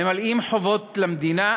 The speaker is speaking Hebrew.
ממלאים חובות למדינה,